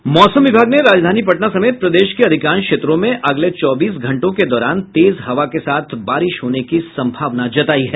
मौसम विभाग ने राजधानी पटना समेत प्रदेश के अधिकांश क्षेत्रों में अगले चौबीस घंटों के दौरान तेज हवा के साथ बारिश होने की संभावना जतायी है